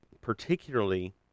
particularly